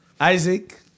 Isaac